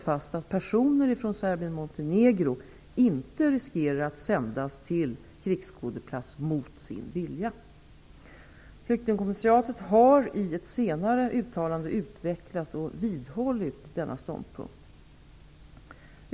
fast att personer från Serbien-Montenegro inte riskerar att sändas till krigsskådeplats mot sin vilja. Flyktingkommissariatet har i ett senare uttalande utvecklat och vidhållit denna ståndpunkt.